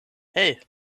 hey